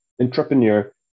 entrepreneur